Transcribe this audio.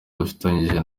dufatanyije